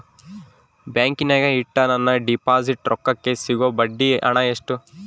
ಬ್ಯಾಂಕಿನಾಗ ಇಟ್ಟ ನನ್ನ ಡಿಪಾಸಿಟ್ ರೊಕ್ಕಕ್ಕೆ ಸಿಗೋ ಬಡ್ಡಿ ಹಣ ಎಷ್ಟು?